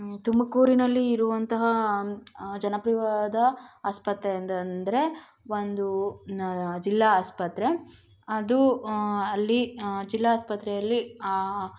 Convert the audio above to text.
ತುಮಕೂರಿನಲ್ಲಿ ಇರುವಂತಹ ಜನಪ್ರಿಯವಾದ ಆಸ್ಪತ್ರೆ ಅಂದರೆ ಒಂದು ಜಿಲ್ಲಾಸ್ಪತ್ರೆ ಅದು ಅಲ್ಲಿ ಜಿಲ್ಲಾ ಆಸ್ಪತ್ರೆಯಲ್ಲಿ